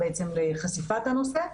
לחשיפת הנושא,